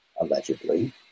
allegedly